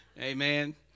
amen